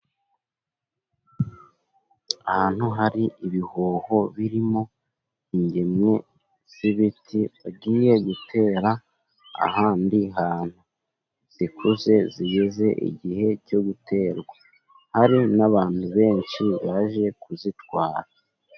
Ahantu hari ibihoho birimo ingemwe z'ibiti bagiye gutera, ahandi hantu zikuze zigeze igihe cyo guterwa. Hari n'abantu benshi baje kuzitwara.